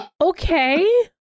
Okay